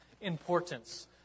importance